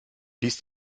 ließ